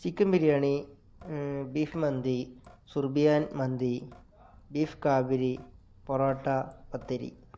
chicken biryani beef മന്തി സുർബിയാൻ മന്തി ബീഫ് കാബിരി പൊറോട്ട പത്തിരി